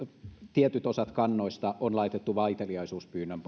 tietyt osat kannoista on laitettu vaiteliaisuuspyynnön